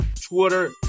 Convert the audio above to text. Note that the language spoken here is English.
Twitter